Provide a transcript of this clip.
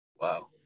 Wow